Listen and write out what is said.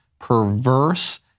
perverse